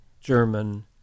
German